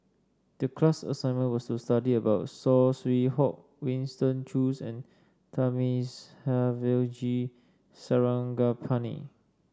the class assignment was to study about Saw Swee Hock Winston Choos and Thamizhavel G Sarangapani